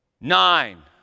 nine